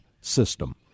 system